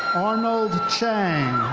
arnold chiang.